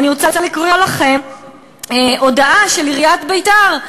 אני רוצה לקרוא לכם הודעה של עיריית ביתר,